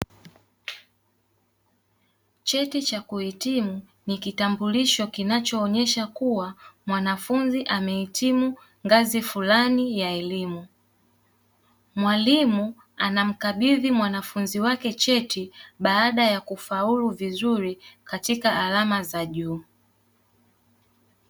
Cheti cha kuhitimu ni kitambulisho kinachoonyesha kuwa mwanafunzi amehitimu ngazi fulani ya elimu. Mwalimu anamkabidhi mwanafunzi wake cheti baada ya kufaulu vizuri katika alama za juu.